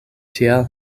tial